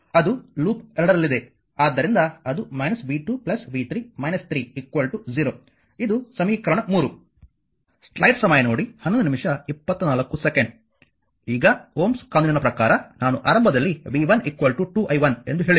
ಆದ್ದರಿಂದ ಅದು v 2 v3 3 0 ಇದು ಸಮೀಕರಣ 3 ಈಗ ಓಮ್ಸ್ ಕಾನೂನಿನ ಪ್ರಕಾರ ನಾನು ಆರಂಭದಲ್ಲಿ v 1 2 i1 ಎಂದು ಹೇಳಿದೆ